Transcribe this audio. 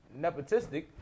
nepotistic